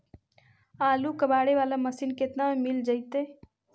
आलू कबाड़े बाला मशीन केतना में मिल जइतै?